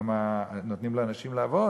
שם נותנים לאנשים לעבוד,